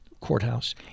courthouse